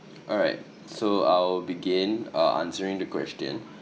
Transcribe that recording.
alright so I'll begin uh answering the question